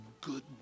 good